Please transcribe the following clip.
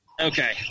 Okay